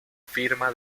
firma